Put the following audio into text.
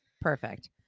perfect